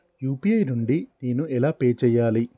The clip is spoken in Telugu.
యూ.పీ.ఐ నుండి నేను ఎలా పే చెయ్యాలి?